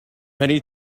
many